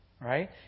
right